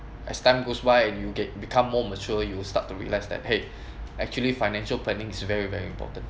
as time goes by and you get become more mature you start to realize that !hey! actually financial planning is very very important